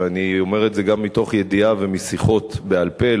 ואני אומר את זה גם מתוך ידיעה ומשיחות בעל-פה: